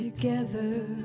together